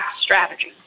strategy